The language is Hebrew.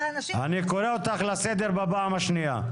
-- אני קורא אותך לסדר בפעם השנייה.